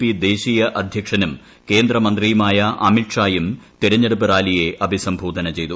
P ദേശീയ അധ്യക്ഷനും കേന്ദ്രമന്ത്രിയുമായ അമിത്ഷായും തിരഞ്ഞെടുപ്പു റാലിയെ അഭിസംബോധന ചെയ്തു